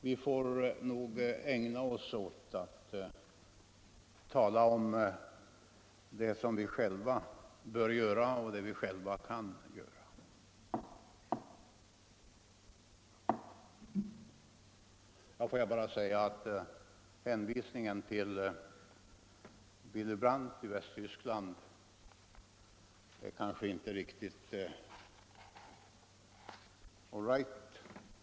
Vi får nog ägna oss åt att tala om det som vi själva bör göra och det vi kan göra. Hänvisningen till Willy Brandt i Västtyskland var kanske inte riktigt all right.